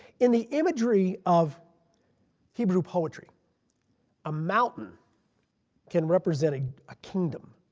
in the imagery of hebrew poetry a mountain can represent a a kingdom.